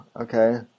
okay